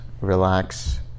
relax